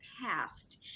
passed